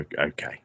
okay